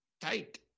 tight